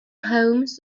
homes